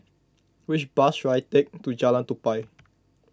which bus should I take to Jalan Tupai